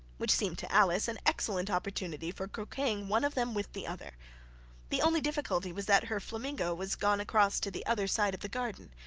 which seemed to alice an excellent opportunity for croqueting one of them with the other the only difficulty was, that her flamingo was gone across to the other side of the garden,